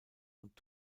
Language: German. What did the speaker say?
und